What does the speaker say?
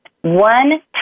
One